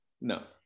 No